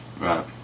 Right